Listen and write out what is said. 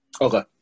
Okay